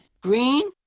Green